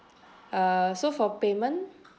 uh so for payment